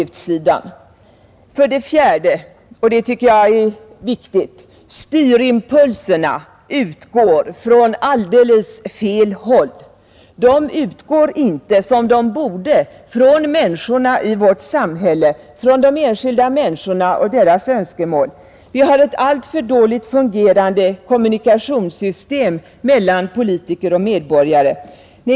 För det fjärde — och det tycker jag är viktigt — utgår styrimpulserna från alldeles fel håll. De utgår inte som de borde från människorna i vårt samhälle, från de enskilda människorna och deras önskemål. Vi har ett alltför dåligt fungerande kommunikationssystem mellan politiker och medborgare.